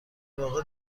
واقع